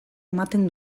ematen